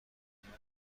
دیدید